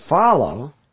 follow